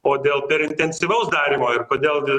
o dėl per intensyvaus darymo ir kodėl